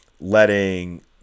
letting